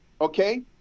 okay